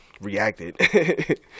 reacted